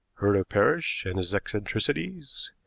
heard of parrish and his eccentricities,